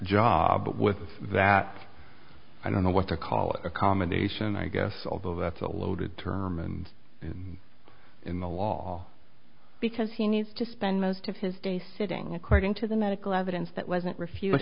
job with that i don't know what to call a accommodation i guess although that's a loaded term and in the law because he needs to spend most of his day sitting according to the medical evidence that wasn't